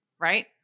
right